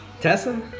Tessa